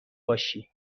باشی